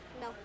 No